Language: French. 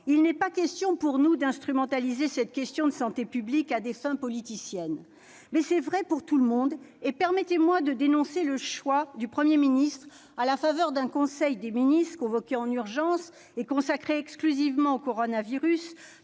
il n'est pas dans notre intention d'instrumentaliser cette question de santé publique à des fins politiciennes. Cette remarque vaut pour tout le monde : permettez-moi de dénoncer le choix du Premier ministre, à la faveur d'un conseil des ministres convoqué en urgence et consacré exclusivement au coronavirus,